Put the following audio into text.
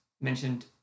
mentioned